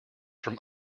from